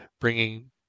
Bringing